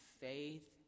faith